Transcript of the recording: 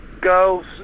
girls